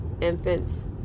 infants